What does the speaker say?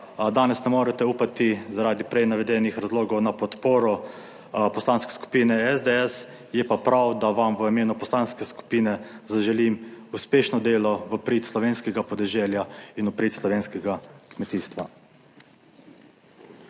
danes ne morete upati, zaradi prej navedenih razlogov, na podporo Poslanske skupine SDS, je pa prav, da vam v imenu poslanske skupine zaželim uspešno delo v prid slovenskega podeželja in v prid slovenskega kmetijstva.